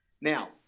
Now